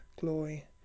glory